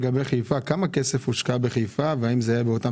כמה כסף הושקע בחיפה והאם זה היה באותם